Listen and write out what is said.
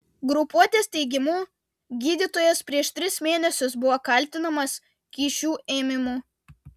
grupuotės teigimu gydytojas prieš tris mėnesius buvo kaltinamas kyšių ėmimu